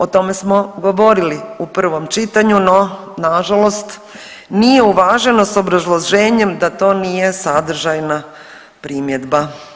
O tome smo govorili u prvom čitanju, no na žalost nije uvaženo sa obrazloženjem da to nije sadržajna primjedba.